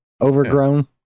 overgrown